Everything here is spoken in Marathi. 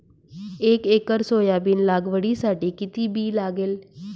एक एकर सोयाबीन लागवडीसाठी किती बी लागेल?